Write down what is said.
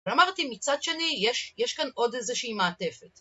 ואמרתי מצד שני יש כאן עוד איזושהי מעטפת